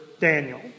Daniel